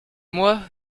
mois